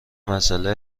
مسئله